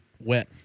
wet